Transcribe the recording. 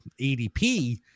ADP